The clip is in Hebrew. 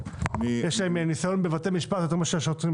יש להם יותר ניסיון בבתי משפט מלשופטים.